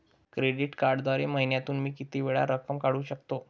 Credit कार्डद्वारे महिन्यातून मी किती वेळा रक्कम काढू शकतो?